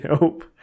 Nope